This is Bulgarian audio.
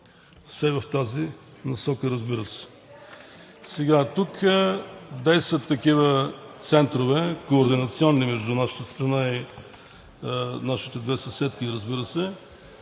все в тази насока, разбира се. Тук действат такива центрове – координационни, между нашата страна и нашите две съседки, разбира се,